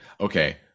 okay